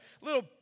little